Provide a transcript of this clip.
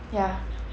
ya